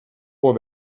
ohr